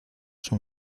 son